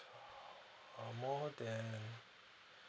uh more than